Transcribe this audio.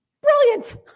brilliant